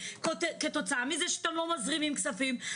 כתוצאה מזה שאתם לא מזרימים כספים,